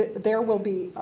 there will be